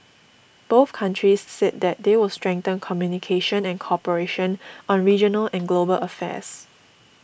both countries said that they will strengthen communication and cooperation on regional and global affairs